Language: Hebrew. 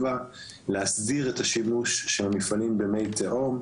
להסדיר את השימוש של המפעלים במי התהום,